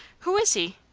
who is he?